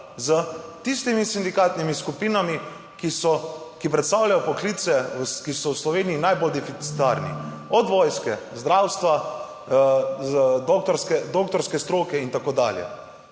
s tistimi sindikatnimi skupinami, ki so, ki predstavljajo poklice, ki so v Sloveniji najbolj deficitarni, od vojske, zdravstva, doktorske, doktorske stroke in tako dalje.